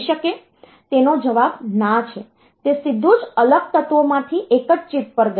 તેનો જવાબ ના છે તે સીધું જ અલગ તત્વોમાંથી એક જ ચિપ પર ગયું